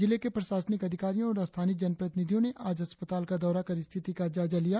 जिले के प्रशासनिक अधिकारियों और स्थानीय जनप्रतिनिधिओं ने आज अस्पताल का दौरा कर स्थिति का जायजा लिया